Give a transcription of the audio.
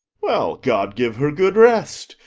well, god give her good rest!